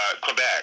Quebec